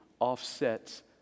offsets